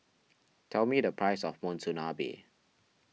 tell me the price of Monsunabe